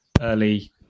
early